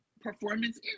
performance